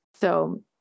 So-